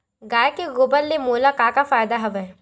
गाय के गोबर ले मोला का का फ़ायदा हवय?